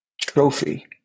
trophy